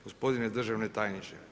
Gospodine državni tajniče.